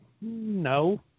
No